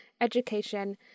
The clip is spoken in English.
education